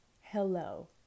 hello